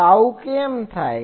તો આવું કેમ થાય છે